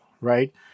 right